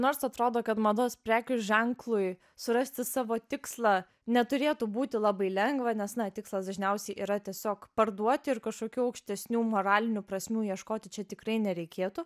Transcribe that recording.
nors atrodo kad mados prekių ženklui surasti savo tikslą neturėtų būti labai lengva nes na tikslas dažniausiai yra tiesiog parduoti ir kažkokių aukštesnių moralinių prasmių ieškoti čia tikrai nereikėtų